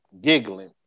giggling